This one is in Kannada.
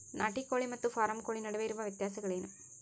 ನಾಟಿ ಕೋಳಿ ಮತ್ತು ಫಾರಂ ಕೋಳಿ ನಡುವೆ ಇರುವ ವ್ಯತ್ಯಾಸಗಳೇನು?